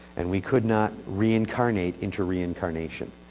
and we could not reincarnate into reincarnation.